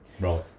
Right